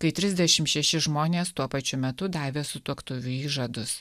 kai trisdešimt šeši žmonės tuo pačiu metu davė sutuoktuvių įžadus